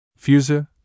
Fuser